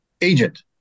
agent